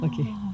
Okay